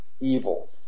evil